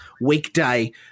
weekday